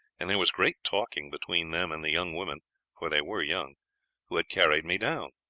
and there was great talking between them and the young women for they were young who had carried me down.